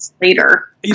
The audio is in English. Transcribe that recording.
later